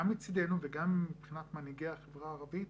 מצידנו וגם מבחינת מנהיגי החברה הערבית.